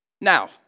now